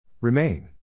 Remain